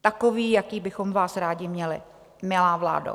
takoví, jaké bychom vás rádi měli, milá vládo.